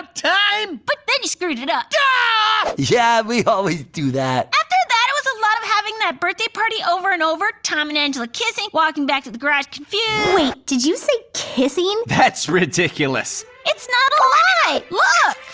time. but then you screwed it up. yeah, yeah we always do that. after that it was a lot of having that birthday party over and over, tom and angela kissing, walking back to the garage confused wait. did you say kissing? that's ridiculous. it's not a lie! look. but,